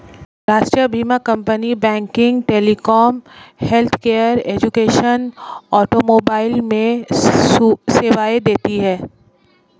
राष्ट्रीय बीमा company banking, telecom, healthcare, education, automobile में सेवाएं देती है